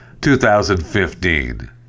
2015